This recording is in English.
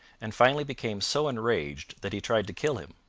and finally became so enraged that he tried to kill him.